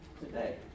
today